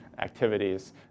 activities